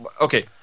Okay